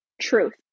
truth